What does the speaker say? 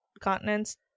continents